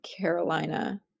Carolina